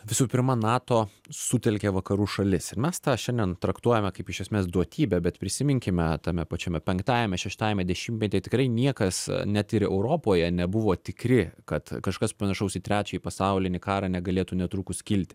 visų pirma nato sutelkė vakarų šalis ir mes tą šiandien traktuojame kaip iš esmės duotybę bet prisiminkime tame pačiame penktajame šeštajame dešimtmetyje tikrai niekas net ir europoje nebuvo tikri kad kažkas panašaus į trečiąjį pasaulinį karą negalėtų netrukus kilt